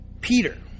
Peter